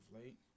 late